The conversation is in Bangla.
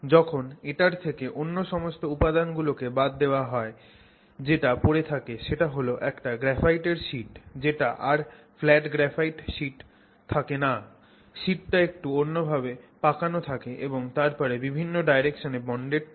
যখন এটার থেকে অন্য সমস্ত উপাদানগুলোকে বাদ দেওয়া হয় যেটা পড়ে থাকে সেটা হল একটা গ্রাফাইটের শিট যেটা আর ফ্ল্যাট গ্রাফাইট শিট থাকে না শিটটা একটু অন্য ভাবে পাকানো থাকে এবং তারপর বিভিন্ন ডাইরেকশনে বন্ডেড থাকে